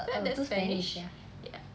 tak tahu spanish ya